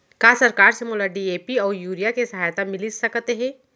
का सरकार से मोला डी.ए.पी अऊ यूरिया के सहायता मिलिस सकत हे?